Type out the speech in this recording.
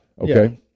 Okay